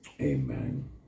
Amen